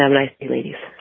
um nicely, ladies